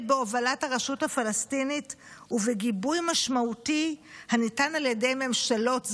בהובלת הרשות הפלסטינית ובגיבוי משמעותי הניתן על ידי ממשלות זרות.